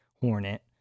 Hornet